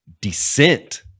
descent